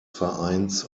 vereins